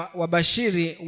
wabashiri